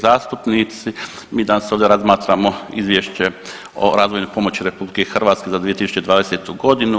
zastupnici mi danas ovdje razmatramo Izvješće o razvojnoj pomoći RH za 2020. godinu.